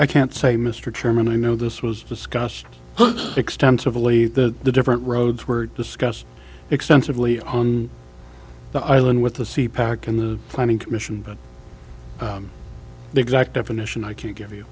i can't say mr chairman i know this was discussed extensively that the different roads were discussed extensively on the island with the sea pack and the planning commission but the exact definition i can give you